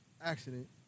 accident